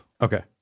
Okay